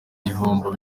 gihombo